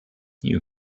you